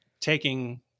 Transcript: taking